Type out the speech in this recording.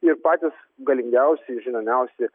ir patys galingiausi žinomiausi